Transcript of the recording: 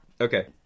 okay